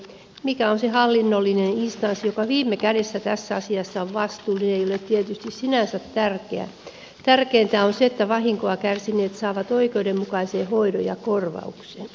mikä on se hallinnollinen instanssi joka viime kädessä tässä asiassa on vastuullinen ei ole tietysti sinänsä tärkeää tärkeintä on se että vahinkoa kärsineet saavat oikeudenmukaisen hoidon ja korvauksen